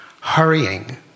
hurrying